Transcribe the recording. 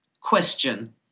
question